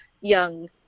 young